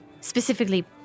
specifically